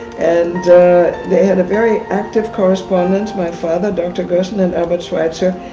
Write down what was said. and they had a very active correspondence, my father, dr. gerson, and albert schweitzer.